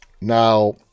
Now